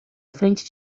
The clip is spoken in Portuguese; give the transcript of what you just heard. frente